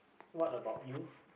what about you